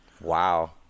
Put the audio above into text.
Wow